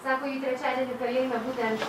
sako ji trečiadienį kalėjime būtent